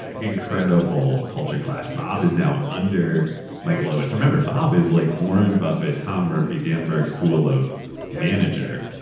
ah incredible culture clash. bob is now under michael ovitz. remember, bob is like warren buffett, tom murphy, dan burke school of manager.